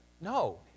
No